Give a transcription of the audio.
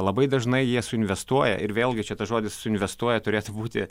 labai dažnai jie suinvestuoja ir vėlgi čia tas žodis suinvestuoja turėtų būti